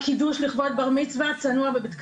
קידוש לכבוד בר מצווה צנוע בבית כנסת.